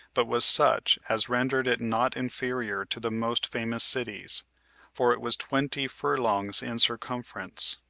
but was such as rendered it not inferior to the most famous cities for it was twenty furlongs in circumference.